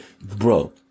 bro